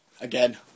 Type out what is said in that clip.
Again